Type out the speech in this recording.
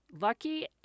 lucky